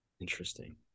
Interesting